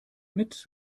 mit